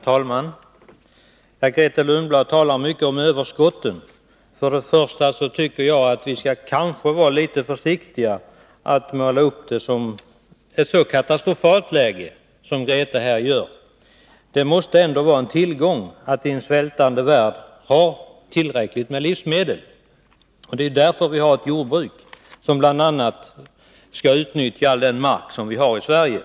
Herr talman! Grethe Lundblad talar mycket om överskotten. Vi bör kanske vara litet försiktiga och inte måla upp det som ett så katastrofalt läge som Grethe Lundblad här gör. Det måste ändå vara en tillgång att i en svältande värld ha tillräckligt med livsmedel. Det är därför som vi har ett jordbruk, som bl.a. skall utnyttja all den mark som finns i Sverige.